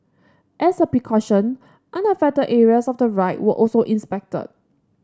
as a precaution unaffected areas of the ride were also inspected